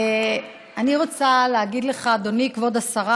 אני רוצה להגיד לך, אדוני, כבוד השרה